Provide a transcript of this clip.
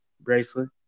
bracelet